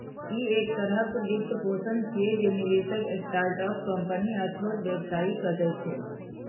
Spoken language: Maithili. ई एक तरहक वित्तपोषण छियै, जे निवेशक स्टार्टअप कंपनी आ छोट व्यवसायी कें दै छै